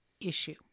issue